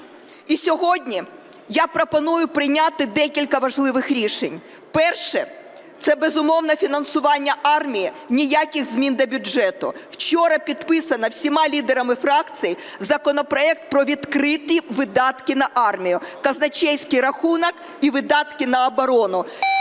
І сьогодні я пропоную прийняти декілька важливих рішень. Перше – це, безумовно, фінансування армії, ніяких змін до бюджету. Вчора підписано всіма лідерами фракцій законопроект про відкриті видатки на армію, казначейський рахунок і видатки на оборону.